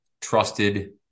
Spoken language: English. trusted